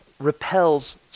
repels